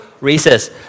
races